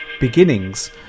Beginnings